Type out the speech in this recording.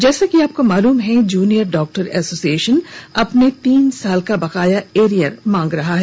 जैसा कि आपको मालूम है जूनियर डॉक्टर एसोसिएशन अपने तीन साल का बकाया एरियर मांग रहा है